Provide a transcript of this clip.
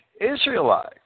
Israelite